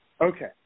Okay